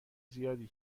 زیادی